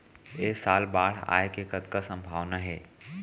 ऐ साल बाढ़ आय के कतका संभावना हे?